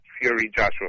Fury-Joshua